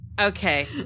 Okay